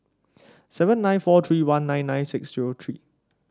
seven six four three one nine nine six zero three